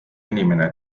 inimene